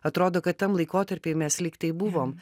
atrodo kad tam laikotarpy mes lyg tai buvom